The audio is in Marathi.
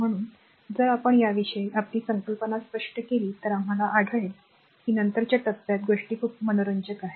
म्हणून जर आपण याविषयी आपली संकल्पना स्पष्ट केली तर आम्हाला आढळेल की नंतरच्या टप्प्यात गोष्टी खूप मनोरंजक आहेत